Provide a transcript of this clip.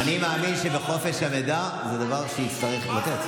אני מאמין שבחופש המידע זה דבר שיצטרכו לתת.